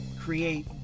create